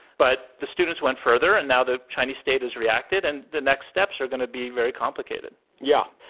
but the students went further and now the chinese state has reacted and the next steps are going to be very complicated yeah.